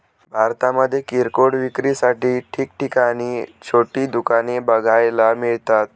भारतामध्ये किरकोळ विक्रीसाठी ठिकठिकाणी छोटी दुकाने बघायला मिळतात